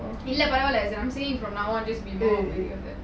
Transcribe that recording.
இல்ல பரவலா:illa paravala am saying from now on just be more aware of that